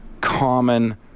common